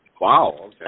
Wow